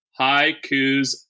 Haikus